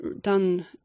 done